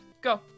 Go